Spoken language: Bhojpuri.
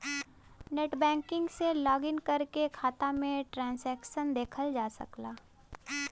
नेटबैंकिंग से लॉगिन करके खाता में ट्रांसैक्शन देखल जा सकला